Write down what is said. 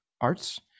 arts